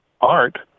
art